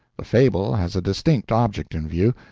the fable has a distinct object in view,